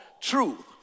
truth